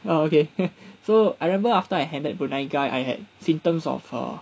oh okay so I remember after I handled brunei guy I had symptoms of uh